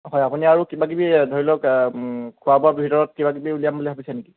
হয় আপুনি আৰু কিবাকিবি ধৰি লওক খোৱা বোৱা ভিতৰত কিবাকিবি উলিয়াম বুলি ভাবিছে নেকি